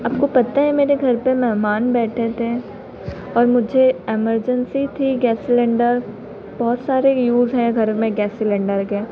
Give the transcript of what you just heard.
आपको पता है मेरे घर पर मेहमान बैठे थे और मुझे एमरजेंसी थी गैस सिलेन्डर बहुत सारे यूज़ हैं घर में गैस सिलेन्डर के